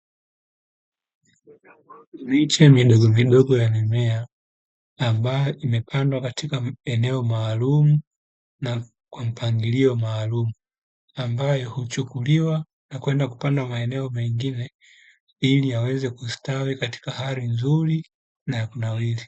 Miche midogomidogo ya mimea ambayo imepandwa, katika eneo maalumu na kwa mpangilio maalumu, ambayo huchukuliwa na kwenda kupandwa maeneo mengine, ili yaweze kustawi katika hali nzuri na ya kunawiri.